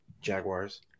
Jaguars